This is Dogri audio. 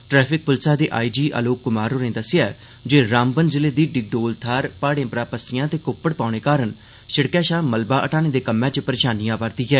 ट्रैफिक पुलसा दे आई जी आलोक कुमार होरे आखेआ ऐ जे रामबन जिले दी डिगडोल थाह्न प्हाईे परा पस्सियां ते कुप्पड़ पौने कारण सड़क शा मलबा हटाने दे कम्मै च परेशानी आवा रदी ऐ